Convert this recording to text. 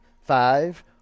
Five